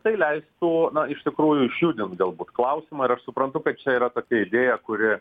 tai leistų iš tikrųjų išjudint galbūt klausimą ir ar aš suprantu kad čia yra tokia idėja kuri